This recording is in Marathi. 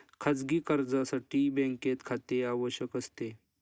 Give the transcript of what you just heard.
खाजगी कर्जासाठी बँकेत खाते आवश्यक असते